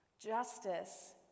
Justice